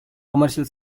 commercial